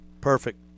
Perfect